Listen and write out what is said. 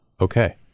okay